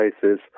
places